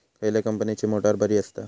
खयल्या कंपनीची मोटार बरी असता?